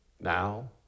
Now